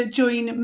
join